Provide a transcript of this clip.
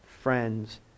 friends